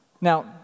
Now